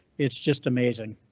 it's just amazing.